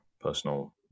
personal